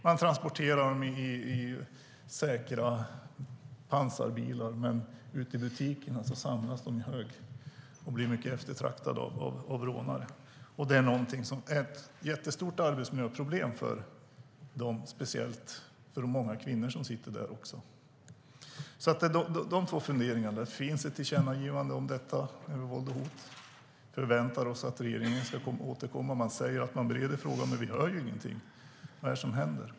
Man transporterar dem i säkra pansarbilar. Men ute i butikerna samlas de på hög och blir mycket eftertraktade av rånare. Det är ett jättestort arbetsmiljöproblem, speciellt för de många kvinnor som arbetar där. Det finns ett tillkännagivande om våld och hot. Vi förväntar oss att regeringen ska återkomma. Man säger att man bereder frågan, men vi hör ingenting. Vad är det som händer?